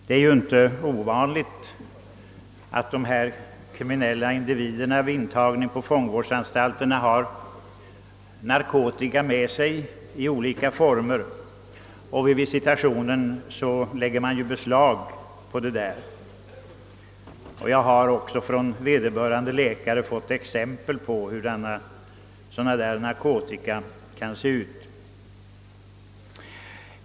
Det är inte ovanligt att dessa kriminellt belastade individer vid intagning på fångvårdsanstalterna medför olika former av narkotika, som man vid visitationen lägger beslag på. Jag har från vederbörande läkare fått exempel på hur sådana narkotika kan se ut.